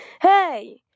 hey